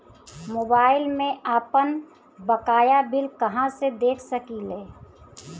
Mobile में आपनबकाया bill कहाँसे देख सकिले?